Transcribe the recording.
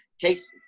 case